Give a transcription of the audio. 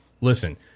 listen